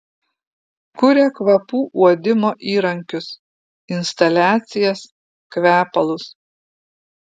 kuria kvapų uodimo įrankius instaliacijas kvepalus